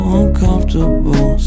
uncomfortable